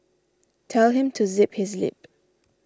tell him to zip his lip